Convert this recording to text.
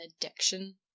addiction